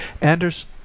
anders